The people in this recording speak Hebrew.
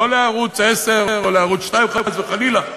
לא לערוץ 10 או לערוץ 2, חס וחלילה,